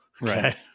Right